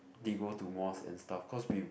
they go to mosque and stuff cause we